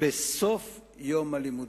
בסוף יום הלימודים,